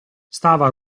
stava